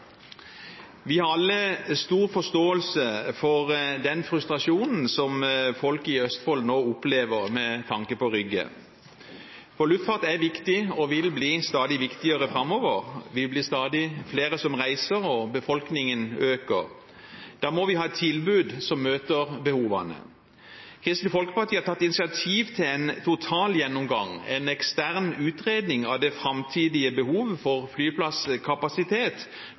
Vi har alle stor forståelse for den frustrasjonen som folk i Østfold nå opplever med tanke på Rygge. Luftfart er viktig og vil bli stadig viktigere framover. Vi blir stadig flere som reiser, og befolkningen øker. Da må vi ha et tilbud som møter behovene. Kristelig Folkeparti har tatt initiativ til en totalgjennomgang, en ekstern utredning, av behovet for flyplasskapasitet